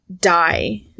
die